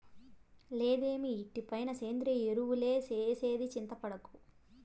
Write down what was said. లేదమ్మీ ఇటుపైన సేంద్రియ ఎరువులే ఏసేది చింతపడకు